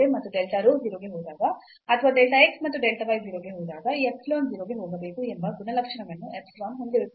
ಮತ್ತು delta rho 0 ಗೆ ಹೋದಾಗ ಅಥವಾ delta x ಮತ್ತು delta y 0 ಗೆ ಹೋದಾಗ ಈ ಎಪ್ಸಿಲಾನ್ 0 ಗೆ ಹೋಗಬೇಕು ಎಂಬ ಗುಣಲಕ್ಷಣವನ್ನು epsilon ಹೊಂದಿರುತ್ತದೆ